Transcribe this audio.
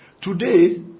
Today